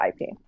IP